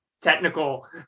technical